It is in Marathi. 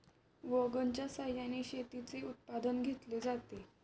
वॅगनच्या सहाय्याने शेतीचे उत्पादन घेतले जाते